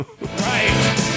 Right